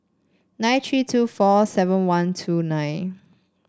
nine tree two four seven one two nine